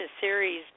series